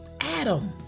Adam